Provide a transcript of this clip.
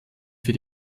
für